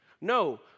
No